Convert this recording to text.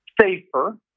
safer